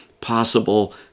possible